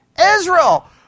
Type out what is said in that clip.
Israel